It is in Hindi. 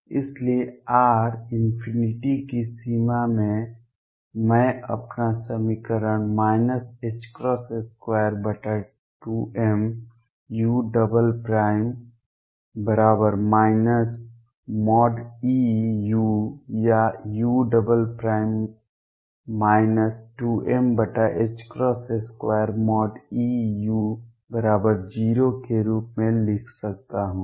इसलिए r →∞ की सीमा में मैं अपना समीकरण 22mu Eu या u 2m2Eu0 के रूप में लिख सकता हूं